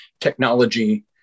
technology